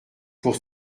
pour